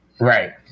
Right